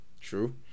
True